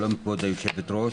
שלום כבוד היושבת ראש.